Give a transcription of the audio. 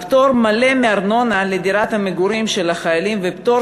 פטור מלא מארנונה לדירת מגורים של חיילים ופטור